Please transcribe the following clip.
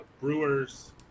Brewers